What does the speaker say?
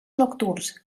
nocturns